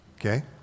Okay